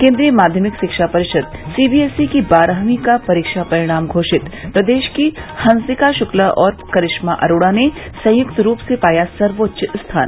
केन्द्रीय माध्यमिक शिक्षा परिषद सीबीएसई की बारहवीं का परीक्षा परिणाम घोषित प्रदेश की हंसिका शुक्ला और करिश्मा अरोड़ा ने संयुक्त रूप से पाया सर्वोच्च स्थान